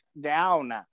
down